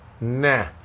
nah